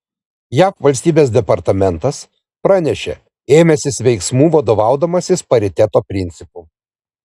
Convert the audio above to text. jav valstybės departamentas pranešė ėmęsis veiksmų vadovaudamasis pariteto principu